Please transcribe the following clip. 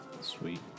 Sweet